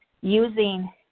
using